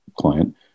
client